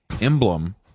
emblem